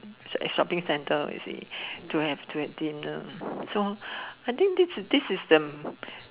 shopping centre you see to have to have dinner so I think this this is the